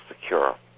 secure